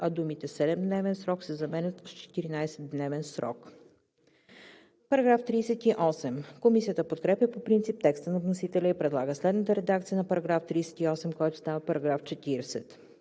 а думите „7-дневен срок“ се заменят с „14-дневен срок“.“ Комисията подкрепя по принцип текста на вносителя и предлага следната редакция на § 38, който става § 40: „§ 40.